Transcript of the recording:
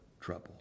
trouble